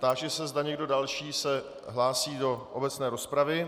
Táži se, zda se někdo další hlásí do obecné rozpravy.